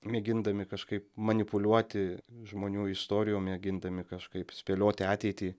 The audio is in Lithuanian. mėgindami kažkaip manipuliuoti žmonių istorijom mėgindami kažkaip spėlioti ateitį